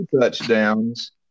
touchdowns